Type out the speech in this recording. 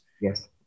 Yes